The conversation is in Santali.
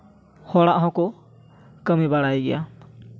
ᱦᱚᱲᱟᱜ ᱦᱚᱸᱠᱚ ᱠᱟᱹᱢᱤ ᱵᱟᱲᱟᱭ ᱜᱮᱭᱟ